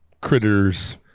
critters